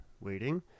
waiting